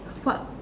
what